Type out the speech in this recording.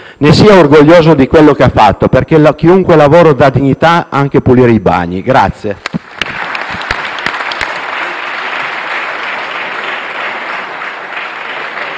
sia orgoglioso di quello che ha fatto, perché qualunque lavoro dà dignità, anche pulire i bagni.